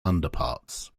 underparts